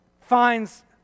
finds